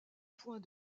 point